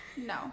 No